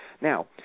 Now